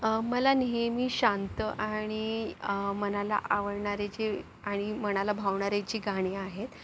मला नेहमी शांत आणि मनाला आवळणारी जी आणि मनाला भावणारी जी गाणी आहेत